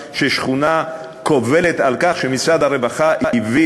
שכונה קובלת על כך שמשרד הרווחה הביא